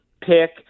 pick